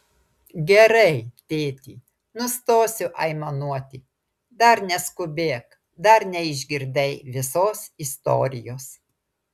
gerai tėti nustosiu aimanuoti dar neskubėk dar neišgirdai visos istorijos